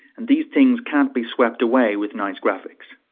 and these things can't be swept away with nice graphics.